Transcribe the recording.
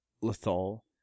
Lethal